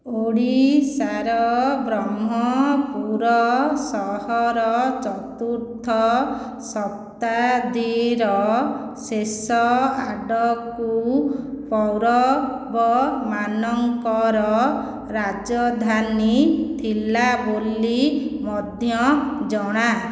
ଓଡ଼ିଶାର ବ୍ରହ୍ମପୁର ସହର ଚତୁର୍ଥ ଶତାବ୍ଦୀର ଶେଷ ଆଡ଼କୁ ପୌରବମାନଙ୍କର ରାଜଧାନୀ ଥିଲା ବୋଲି ମଧ୍ୟ ଜଣା